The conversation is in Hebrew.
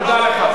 תודה לך.